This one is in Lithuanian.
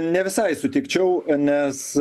ne visai sutikčiau nes